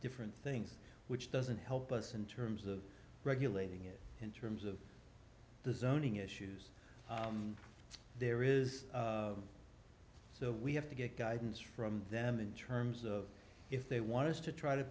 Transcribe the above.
different things which doesn't help us in terms of regulating it in terms of the zoning issues there is so we have to get guidance from them in terms of if they want to try to